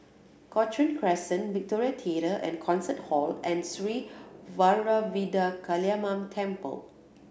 Cochrane Crescent Victoria Theatre and Concert Hall and Sri Vairavimada Kaliamman Temple